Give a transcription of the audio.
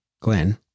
Glenn